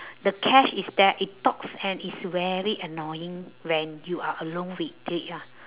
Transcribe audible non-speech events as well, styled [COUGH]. [BREATH] the catch is that it talks and it's very annoying when you are alone with it lah